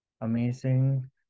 amazing